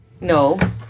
No